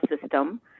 system